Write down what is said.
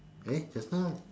eh just now